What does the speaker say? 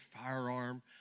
firearm